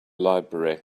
library